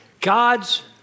God's